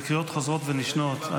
אלה קריאות חוזרות ונשנות.